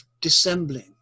dissembling